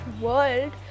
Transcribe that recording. world